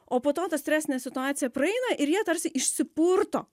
o po to ta stresinė situacija praeina ir jie tarsi išsipurto